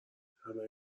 همه